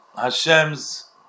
Hashem's